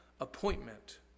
appointment